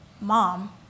mom